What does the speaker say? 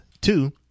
Two